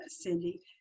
Cindy